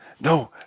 no